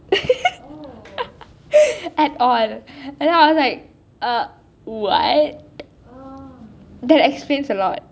add oil and then I was like ah what that explains a lot